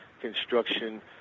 construction